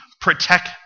protect